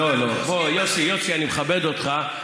יוסי, אני מכבד אותך.